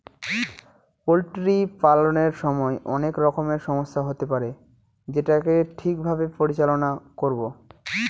poultry পালনের সময় অনেক রকমের সমস্যা হতে পারে যেটাকে ঠিক ভাবে পরিচালনা করবো